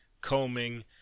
combing